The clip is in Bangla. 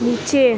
নীচে